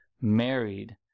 married